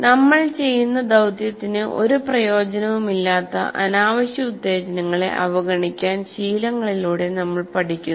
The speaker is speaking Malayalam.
നമ്മൾ ചെയ്യുന്ന ദൌത്യത്തിന് ഒരു പ്രയോജനവുമില്ലാത്ത അനാവശ്യ ഉത്തേജനങ്ങളെ അവഗണിക്കാൻ ശീലങ്ങളിലൂടെ നമ്മൾ പഠിക്കുന്നു